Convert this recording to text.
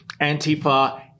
Antifa